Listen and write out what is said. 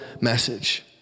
message